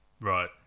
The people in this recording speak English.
Right